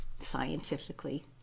scientifically